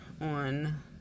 on